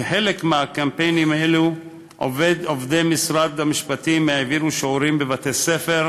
כחלק מקמפיינים אלו עובדי משרד המשפטים העבירו שיעורים בבתי-ספר,